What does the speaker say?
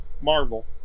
Marvel